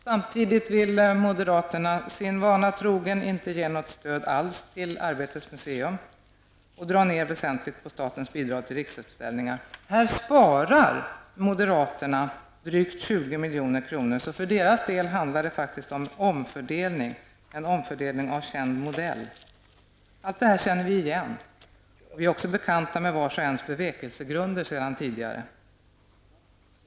Samtidigt vill moderaterna sin vana trogen inte alls ge något stöd till Arbetets museum och dra ner väsentligt på statens bidrag till Riksutställningar. Här sparar moderaterna in drygt 20 milj.kr., så för deras del handlar det om omfördelning av känd modell. Allt detta känner vi igen, och vi är också bekanta med vars och ens bevekelsegrunder sedan tidigare.